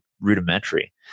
rudimentary